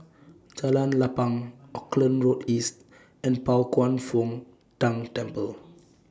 Jalan Lapang Auckland Road East and Pao Kwan Foh Tang Temple